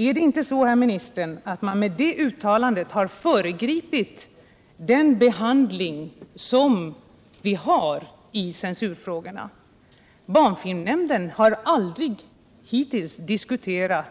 Är det inte så att ministern med det uttalandet har föregripit behandlingen i barnfilmnämnd och hos biografbyrån? Barnfilmnämnden har aldrig hittills diskuterat